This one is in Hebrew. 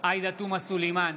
עאידה תומא סלימאן,